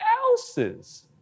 else's